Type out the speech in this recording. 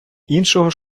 іншого